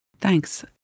Thanks